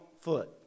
foot